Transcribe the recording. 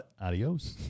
Adios